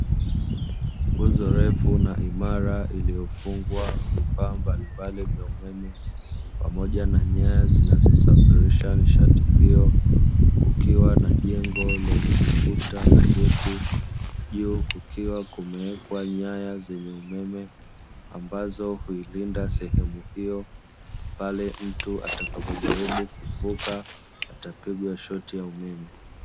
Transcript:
Nguzo refu na imara iliyofungwa vifaa mbalimbali vya umeme, pamoja na nyaya zinazosafirisha nishati hiyo, kukiwa na jengo lenye ukuta na geti, juu kukiwa kumewekwa nyaya zenye umeme ambazo huilinda sehemu hiyo, pale mtu atakapojaribu kuvuka atapigwa shoti ya umeme.